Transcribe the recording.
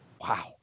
Wow